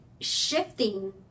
shifting